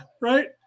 Right